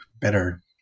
better